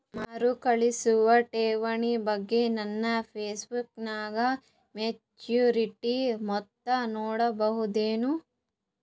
ಮರುಕಳಿಸುವ ಠೇವಣಿ ಬಗ್ಗೆ ನನ್ನ ಪಾಸ್ಬುಕ್ ನಾಗ ಮೆಚ್ಯೂರಿಟಿ ಮೊತ್ತ ನೋಡಬಹುದೆನು?